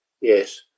yes